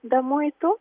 be muitų